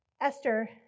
Esther